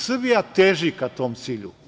Srbija teži ka tom cilju.